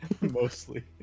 Mostly